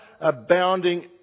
abounding